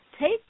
take